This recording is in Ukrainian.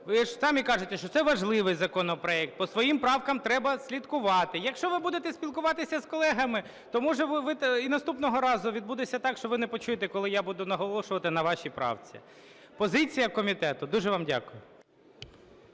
Ви ж самі кажете, що це важливий законопроект, по своїм правкам треба слідкувати. Якщо ви будете спілкуватися з колегами, то, може, ви і наступного разу, відбудеться так, що ви не почуєте коли я буду наголошувати на вашій правці. Позиція комітету. Дуже вам дякую.